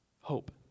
hope